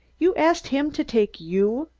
you asked him to take you?